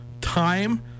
time